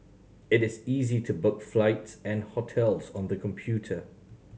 it is easy to book flights and hotels on the computer